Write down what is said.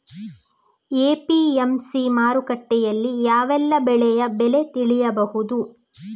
APMC ಮಾರುಕಟ್ಟೆಯಲ್ಲಿ ಯಾವೆಲ್ಲಾ ಬೆಳೆಯ ಬೆಲೆ ತಿಳಿಬಹುದು?